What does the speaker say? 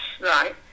right